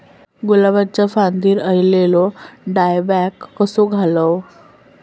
गुलाबाच्या फांदिर एलेलो डायबॅक कसो घालवं?